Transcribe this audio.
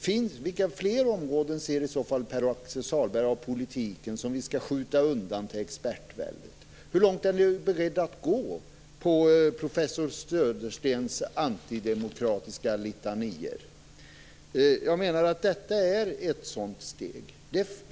Vilka fler politiska områden ser i så fall Pär Axel Sahlberg att vi skall skjuta över till expertväldet? Hur långt är ni beredda att gå med professor Söderstens antidemokratiska litanior? Jag menar att detta är ett sådant steg.